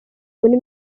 muri